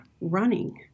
running